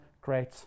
great